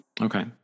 Okay